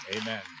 Amen